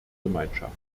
gemeinschaft